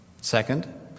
Second